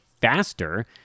faster